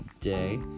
today